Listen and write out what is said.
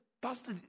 Pastor